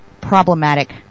problematic